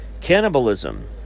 Cannibalism